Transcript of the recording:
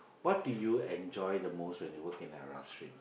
what do you enjoy the most when you work in the Arab Street